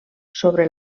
sobre